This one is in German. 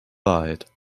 wahrheit